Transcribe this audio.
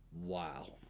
wow